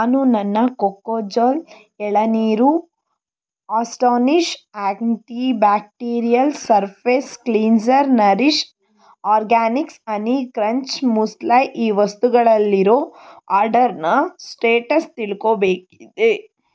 ನಾನು ನನ್ನ ಕೋಕೋ ಜಲ್ ಎಳನೀರು Astonish antibacterial surface cleanser Nourish Organics honey crunch muesli ಈ ವಸ್ತುಗಳಲ್ಲಿರೋ ಆರ್ಡರ್ನ ಸ್ಟೇಟಸ್ ತಿಳ್ಕೋಬೇಕಿದೆ